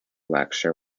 lecture